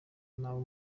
nabo